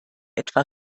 etwa